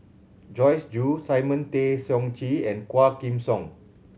Joyce Jue Simon Tay Seong Chee and Quah Kim Song